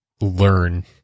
learn